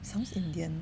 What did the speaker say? sounds indian